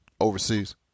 overseas